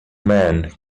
man